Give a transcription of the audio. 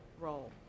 role